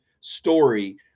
story